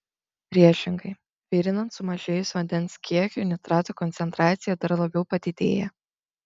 priešingai virinant sumažėjus vandens kiekiui nitratų koncentracija dar labiau padidėja